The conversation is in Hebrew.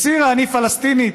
הצהירה: אני פלסטינית,